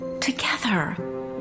Together